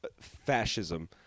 fascism